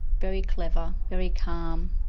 very clever, very calm,